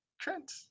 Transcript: Trent